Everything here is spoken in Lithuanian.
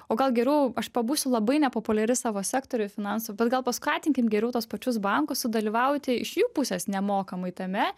o gal geriau aš pabūsiu labai nepopuliari savo sektoriui finansų bet gal paskatinkim geriau tuos pačius bankus sudalyvauti iš jų pusės nemokamai tame